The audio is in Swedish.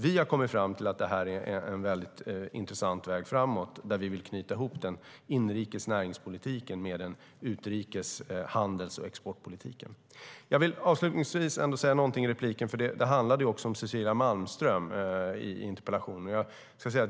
Vi har kommit fram till att det är en väldigt intressant väg framåt där vi vill knyta ihop den inrikes näringspolitiken med den utrikes handels och exportpolitiken. Det handlade också om Cecilia Malmström i interpellationen.